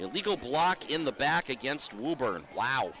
illegal block in the back against wo